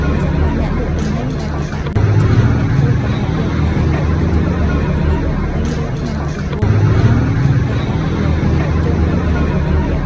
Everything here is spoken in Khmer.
ប្រសិនបើអ្នកលក់ទំនិញដែលពិបាកដឹកឆ្ងាយ អ្នកគួរកំណត់យកតែអតិថិជនក្នុង រាជធានីភ្នំពេញ ឬក្នុង រង្វង់ ៥-១០ គីឡូម៉ែត្រ ជុំវិញហាងរបស់អ្នក។